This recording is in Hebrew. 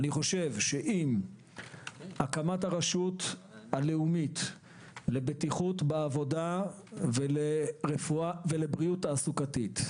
אני חושב שעם הקמת הרשות הלאומית לבטיחות בעבודה ולבריאות תעסוקתית,